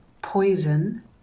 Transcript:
poison